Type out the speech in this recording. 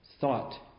thought